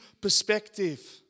perspective